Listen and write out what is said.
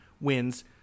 wins